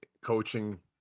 coaching